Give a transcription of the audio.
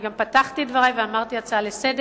ואני גם פתחתי את דברי ואמרתי: הצעה לסדר-היום,